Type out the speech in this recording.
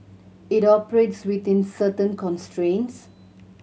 it operates within certain constraints